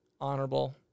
honorable